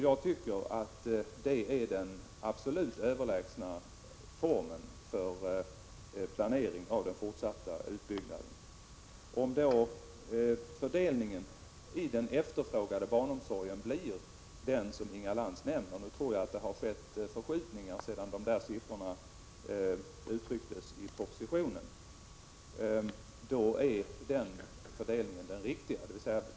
Jag tycker att det är den absolut överlägsna formen för planering av den fortsatta utbyggnaden. Jag vill beträffande den fördelning av efterfrågan på barnomsorg som Inga Lantz nämner säga att jag tror att det har inträffat förskjutningar i förhållande till de siffror som lämnas i propositionen.